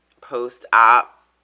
post-op